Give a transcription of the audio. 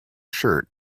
shirt